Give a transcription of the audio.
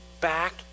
back